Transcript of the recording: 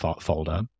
folder